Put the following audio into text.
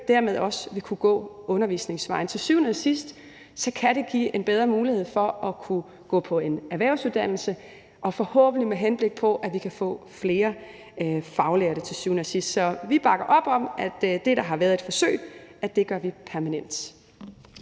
dermed også vil kunne gå undervisningsvejen. Til syvende og sidst kan det blive en bedre mulighed for at kunne gå på en erhvervsuddannelse, forhåbentlig med henblik på at vi kan få flere faglærte. Så vi bakker op om, at det, der har været et forsøg, gør vi permanent.